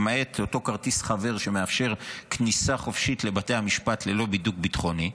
למעט אותו כרטיס חבר שמאפשר כניסה חופשית לבתי המשפט ללא בידוק ביטחוני,